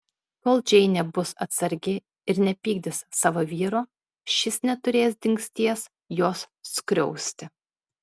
kol džeinė bus atsargi ir nepykdys savo vyro šis neturės dingsties jos skriausti